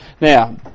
Now